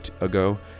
ago